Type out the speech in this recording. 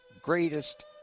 greatest